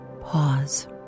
pause